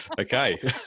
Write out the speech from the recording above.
okay